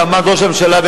שעמד בראשותה ראש הממשלה,